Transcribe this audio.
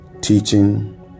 teaching